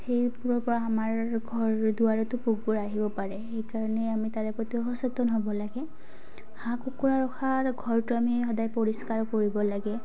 সেইবোৰৰ পৰা আমাৰ ঘৰ দুৱাৰতো পোকবোৰ আহিব পাৰে সেইকাৰণে আমি তাৰে প্ৰতি সচেতন হ'ব লাগে হাঁহ কুকুৰা ৰখাৰ ঘৰটো আমি সদায় পৰিষ্কাৰ কৰিব লাগে